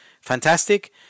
fantastic